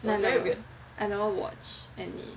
then I don't know I never watch any